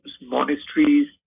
monasteries